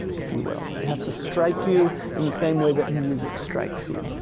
if you will. it has to strike you in the same way that music strikes you.